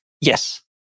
Yes